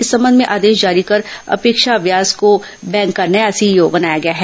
इस संबंध में आदेश जारी कर अपेक्षा व्यास को बैंक का नया सीईओ बनाया गया है